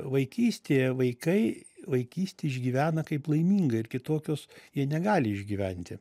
vaikystėje vaikai vaikystė išgyvena kaip laimingą ir kitokios jie negali išgyventi